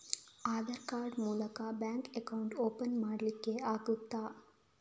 Aadhaar card ಮೂಲಕ bank account open ಮಾಡಲಿಕ್ಕೆ ಆಗುತಾ?